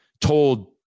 told